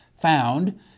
found